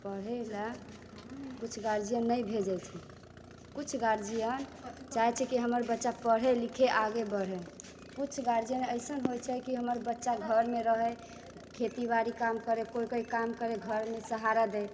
पढ़य लेल किछु गार्जियन नहि भेजैत छै किछु गार्जियन चाहैत छै कि हमर बच्चा पढ़य लिखय आगे बढ़य किछु गार्जियन ऐसन होइत छै कि हमर बच्चा घरमे रहए खेतीबाड़ी काम करए कोइ कोइ काम करए घरमे सहारा दै